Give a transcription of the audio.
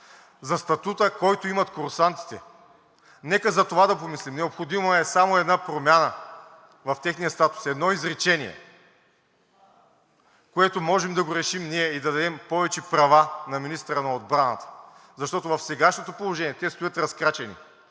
За статута, който имат курсантите, нека за това да помислим. Необходима е само една промяна в техния статус, едно изречение, което можем да го решим ние, и да дадем повече права на министъра на отбраната, защото в сегашното положение те стоят разкрачени